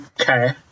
Okay